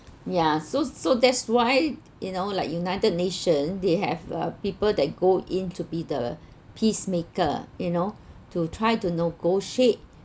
ya so so that's why you know like united nation they have uh people that go in to be the peacemaker you know to try to negotiate